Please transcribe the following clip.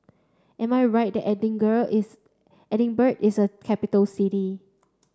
am I right that Edingirl is Edinburgh is a capital city